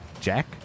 Jack